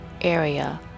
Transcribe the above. area